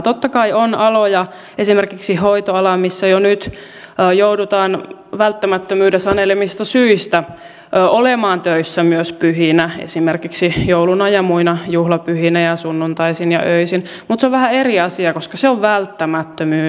totta kai on aloja esimerkiksi hoitoala missä jo nyt joudutaan välttämättömyyden sanelemista syistä olemaan töissä myös pyhinä esimerkiksi jouluna ja muina juhlapyhinä ja sunnuntaisin ja öisin mutta se on vähän eri asia koska se on välttämättömyys